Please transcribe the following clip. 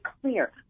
clear